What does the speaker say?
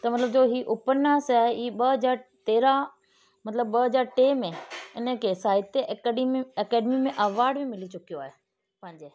त मतलबु जो ही उपन्यास आहे ही ॿ हज़ार तेरहां मतलबु ॿ हज़ार टे में हिनखे साहित्य अकेडमी अकेडमी में अवार्ड बि मिली चुकियो आहे पंहिंजे